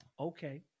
okay